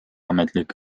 ametlik